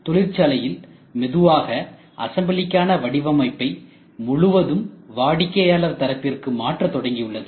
அதனால் தொழிற்சாலையில் மெதுவாக அசம்பிளிக்கான வடிவமைப்பை முழுவதும் வாடிக்கையாளர் தரப்பிற்கு மாற்ற தொடங்கியுள்ளது